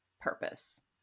purpose